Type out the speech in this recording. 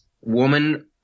woman